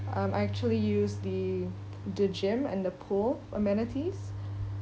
I'm actually use the the gym and the pool amenities